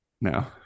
No